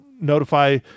notify